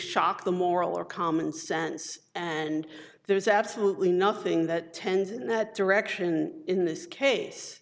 shock the moral or common sense and there's absolutely nothing that tends in that direction in this case